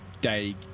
day